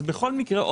בכל מקרה,